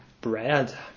bread